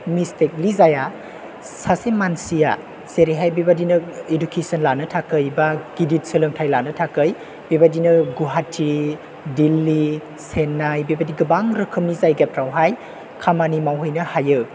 मिसटेकनि जाया सासे मानसिया जेरैहाय बेबायदिनो इदुकेसन लानो थाखाय बा गिदिर सोलोंथाइ लानो थाखाय बेबायदिनो गुवाहाटी दिल्ली सेन्नाइ बेबायदि गोबां रोखोमनि जायगाफ्रावहाय खामानि मावहैनो हायो